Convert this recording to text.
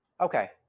Okay